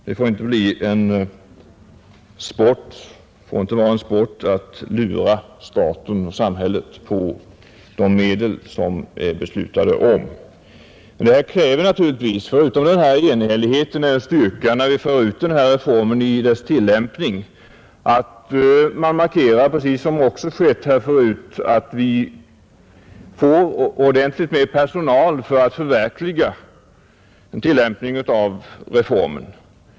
Det får inte vara en sport att lura samhället på de medel som det har beslutats om. Men detta kräver naturligtvis förutom enhälligheten, som är en styrka när vi för ut reformen i dess tillämpning, att vi markerar — vilket också har gjorts här förut — att det måste finnas ordentligt med personal för att klara den tillämpningen.